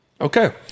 Okay